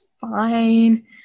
fine